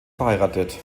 verheiratet